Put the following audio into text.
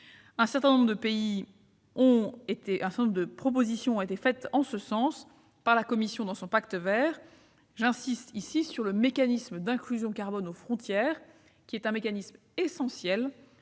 Un certain nombre de propositions ont été faites en ce sens par la Commission dans son Pacte vert. J'insisterai sur le mécanisme d'inclusion carbone aux frontières, essentiel